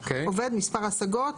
מספר ההשגות,